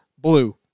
blue